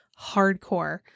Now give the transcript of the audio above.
hardcore